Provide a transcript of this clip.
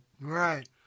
Right